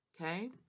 Okay